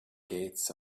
gates